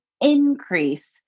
increase